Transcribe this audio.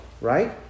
right